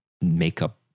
makeup